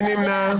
מי נמנע?